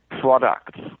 products